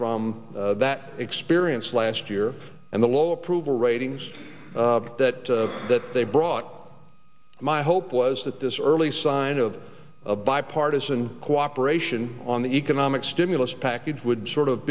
from that experience last year and the low approval ratings that that they brought my hope was that this early sign of a bipartisan cooperation on the economic stimulus package would sort of